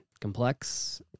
Complex